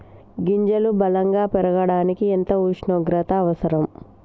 గింజలు బలం గా పెరగడానికి ఎంత ఉష్ణోగ్రత అవసరం?